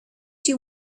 you